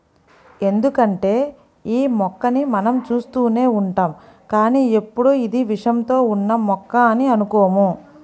ఎందుకంటే యీ మొక్కని మనం చూస్తూనే ఉంటాం కానీ ఎప్పుడూ ఇది విషంతో ఉన్న మొక్క అని అనుకోము